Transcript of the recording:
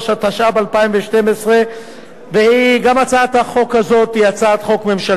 התשע"ב 2012. גם הצעת החוק הזאת היא הצעת חוק ממשלתית.